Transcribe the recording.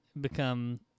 become